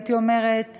הייתי אומרת